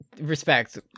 respect